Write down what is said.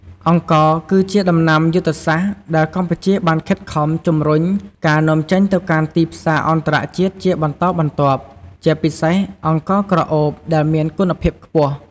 អង្ករ គឺជាដំណាំយុទ្ធសាស្ត្រដែលកម្ពុជាបានខិតខំជំរុញការនាំចេញទៅកាន់ទីផ្សារអន្តរជាតិជាបន្តបន្ទាប់ ជាពិសេសអង្ករក្រអូបដែលមានគុណភាពខ្ពស់។